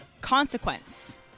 consequence